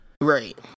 right